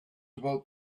about